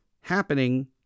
happening